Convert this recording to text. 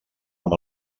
amb